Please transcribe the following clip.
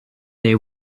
they